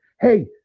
Hey